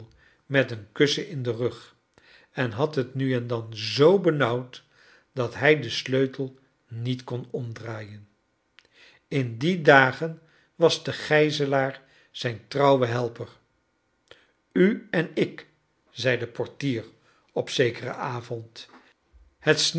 met een kussen in den rug en had het nu en dan z benauwd dat hij den sleutel niet kon omdraaied in die dagen was de gijzelaar zijn trouwe helper u en ik zei de portier op zekeren avond